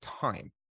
time